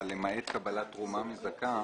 למעט קבלת תרומה מזכה.